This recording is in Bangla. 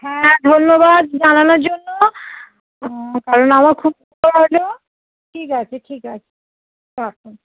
হ্যাঁ ধন্যবাদ জানানোর জন্য কারণ আমার খুব উপকার হলো ঠিক আছে ঠিক আছে রাখুন